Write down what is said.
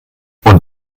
und